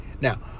Now